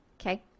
okay